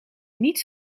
niet